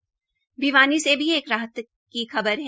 उधर भिवानी में भी एक राहत की खबर है